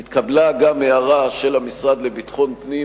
התקבלה גם הערה של המשרד לביטחון פנים,